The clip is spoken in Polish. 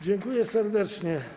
Dziękuję serdecznie.